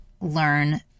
learn